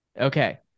Okay